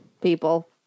people